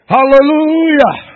Hallelujah